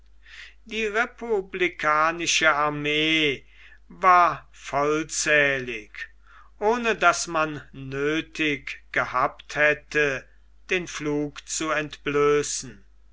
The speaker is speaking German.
die republikanische armee war vollzählig ohne daß man nöthig gehabt hätte den pflug zu entblößen